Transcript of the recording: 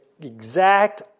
exact